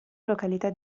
località